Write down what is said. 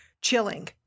chilling